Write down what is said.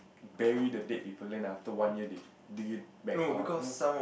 bury the dead people then after one year they dig it back out you know